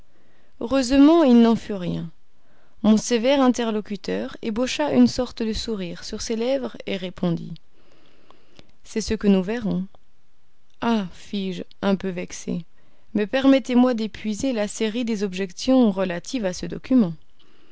heureusement il n'en fut rien mon sévère interlocuteur ébaucha une sorte de sourire sur ses lèvres et répondit c'est ce que nous verrons ah fis-je un peu vexé mais permettez-moi d'épuiser la série des objections relatives à ce document